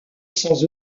sans